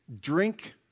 Drink